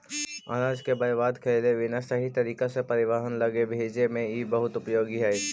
अनाज के बर्बाद कैले बिना सही तरीका से परिवहन लगी भेजे में इ बहुत उपयोगी हई